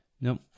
Nope